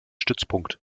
stützpunkt